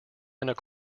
about